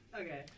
okay